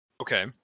okay